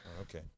Okay